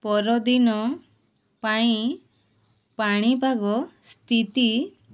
ପରଦିନ ପାଇଁ ପାଣିପାଗ ସ୍ଥିତି